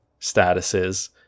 statuses